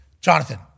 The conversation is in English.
Jonathan